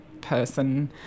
person